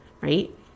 right